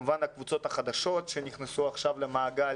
כמובן יש את הקבוצות החדשות שנכנסו עכשיו למעגל